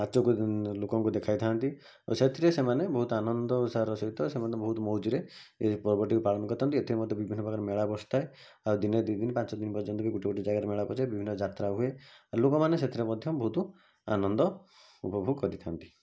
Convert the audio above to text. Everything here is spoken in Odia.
ନାଚକୁ ଲୋକଙ୍କୁ ଦେଖାଇଥାନ୍ତି ଆଉ ସେଥିରେ ସେମାନେ ବହୁତ ଆନନ୍ଦ ଉତ୍ସାହର ସହିତ ସେମାନେ ବହୁତ ମଉଜରେ ଏହି ପର୍ବଟିକୁ ପାଳନ କରିଥାନ୍ତି ଏଥିରେ ମଧ୍ୟ ବିଭିନ୍ନ ପ୍ରକାର ମେଳା ବସିଥାଏ ଆଉ ଦିନେ ଦୁଇ ଦିନ ପାଞ୍ଚଦିନ ପର୍ଯ୍ୟନ୍ତ ବି ଗୋଟେ ଗୋଟେ ଜାଗାରେ ମେଳା ବିଭିନ୍ନ ଯାତ୍ରା ହୁଏ ଲୋକମାନେ ସେଥିରେ ମଧ୍ୟ ବହୁତ ଆନନ୍ଦ ଉପଭୋଗ କରିଥାନ୍ତି